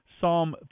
Psalm